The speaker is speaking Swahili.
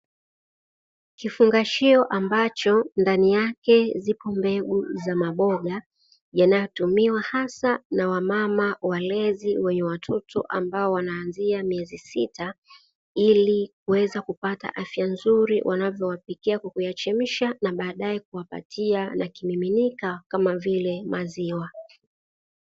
Kifungashio ambacho ndani yake ziko mbegu za maboga yanayotumiwa hasa na wamama walezi wenye watoto ambao wanaanzia miezi sita ili kuweza kupata afya nzuri wanavyowapikia kwa kuyachemsha na baadaye kuwapatia na kimiminika kama vile maziwa.